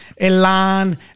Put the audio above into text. Elan